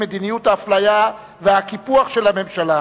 בנושא: מדיניות האפליה והקיפוח של הממשלה